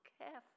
careful